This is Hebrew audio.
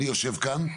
אני יושב כאן,